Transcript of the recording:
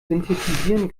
synthetisieren